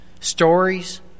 Stories